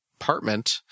apartment